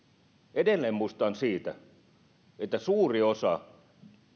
edelleen muistutan että suuri osa